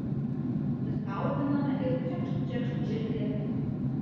atsispausdiname ir čekšt čekšt žirklėmis